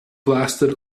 blasted